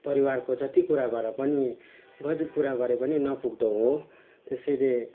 परिवारको जति कुरा गरे पनि जति कुरा गरे पनि नपुग्दो हो त्यसैले